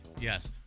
Yes